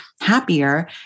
happier